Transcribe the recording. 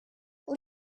for